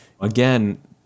again